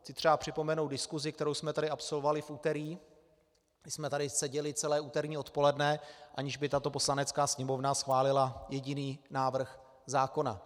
Chci třeba připomenout diskusi, kterou jsme tady absolvovali v úterý, kdy jsme tady seděli celé úterní odpoledne, aniž by tato Poslanecká sněmovna schválila jediný návrh zákona.